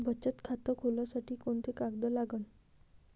बचत खात खोलासाठी कोंते कागद लागन?